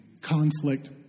conflict